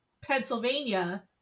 Pennsylvania